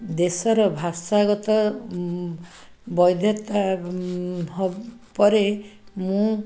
ଦେଶର ଭାଷାଗତ ବୈଧ୍ୟତା ପରେ ମୁଁ